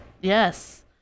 Yes